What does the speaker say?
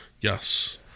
Yes